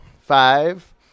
Five